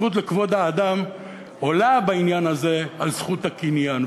הזכות לכבוד האדם עולה בעניין הזה על זכות הקניין.